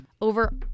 over